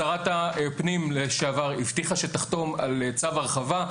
שרת הפנים לשעבר הבטיחה שתחתום על צו הרחבה,